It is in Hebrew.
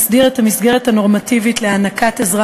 מסדיר את המסגרת הנורמטיבית להענקת עזרה